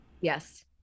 yes